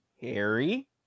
Harry